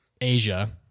Asia